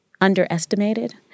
underestimated